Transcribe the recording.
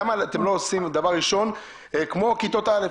למה אתם לא עושים דבר ראשון כמו כיתות א',